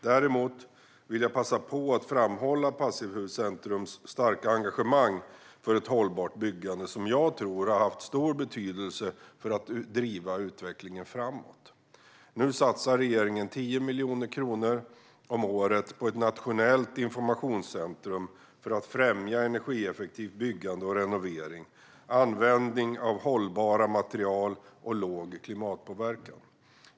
Däremot vill jag passa på att framhålla Passivhuscentrums starka engagemang för ett hållbart byggande, som jag tror har haft stor betydelse för att driva utvecklingen framåt. Nu satsar regeringen 10 miljoner kronor om året på ett nationellt informationscentrum för att främja energieffektivt byggande och renovering, användning av hållbara material och låg klimatpåverkan.